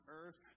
earth